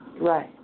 Right